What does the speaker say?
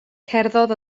cerddodd